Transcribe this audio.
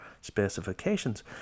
specifications